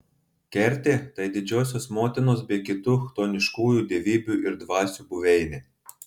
kertė tai didžiosios motinos bei kitų chtoniškųjų dievybių ir dvasių buveinė